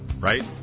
Right